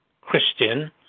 Christian